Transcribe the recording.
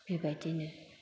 बेबायदिनो